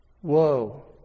whoa